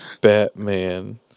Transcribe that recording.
Batman